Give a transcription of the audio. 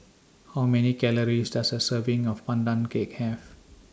How Many Calories Does A Serving of Pandan Cake Have